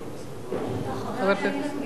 אילן גילאון.